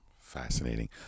Fascinating